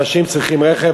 אנשים צריכים רכב,